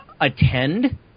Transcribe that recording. attend